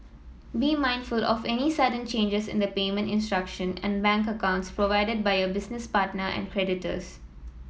be mindful of any sudden changes in the payment instructions and bank accounts provided by your business partner and creditors